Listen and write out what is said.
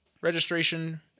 registration